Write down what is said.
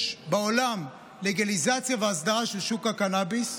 יש בעולם לגליזציה ואסדרה של שוק הקנביס.